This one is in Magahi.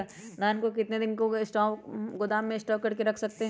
धान को कितने दिन को गोदाम में स्टॉक करके रख सकते हैँ?